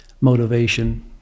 motivation